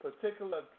particular